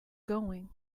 going